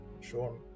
Sean